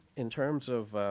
in terms of